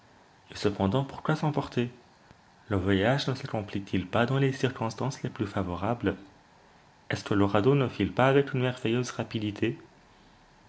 et cependant pourquoi s'emporter le voyage ne saccomplit il pas dans les circonstances les plus favorables est-ce que le radeau ne file pas avec une merveilleuse rapidité